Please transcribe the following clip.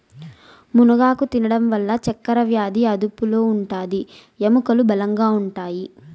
మునగాకు తినడం వల్ల చక్కరవ్యాది అదుపులో ఉంటాది, ఎముకలు బలంగా ఉంటాయి